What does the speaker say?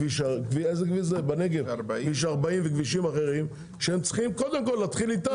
כביש 40 בנגב וכבישים אחרים שקודם כל צריך להתחיל איתם.